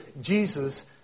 Jesus